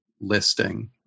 listing